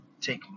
take